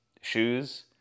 shoes